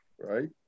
right